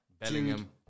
Bellingham